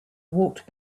walked